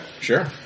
sure